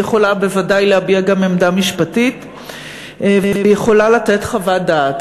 והיא יכולה בוודאי להביע גם עמדה משפטית ויכולה לתת חוות דעת,